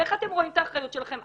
איך אתם רואים את האחריות שלכם,